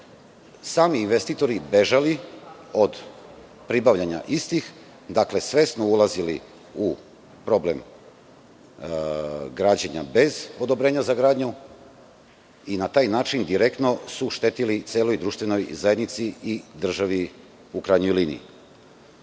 sami investitori bežali od pribavljanja istih, dakle svesno ulazili u problem građenja bez odobrenja za gradnju i na taj način su direktno štetili celoj društvenoj zajednici i državi, u krajnjoj liniji. Ovaj